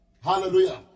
Hallelujah